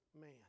man